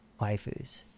waifus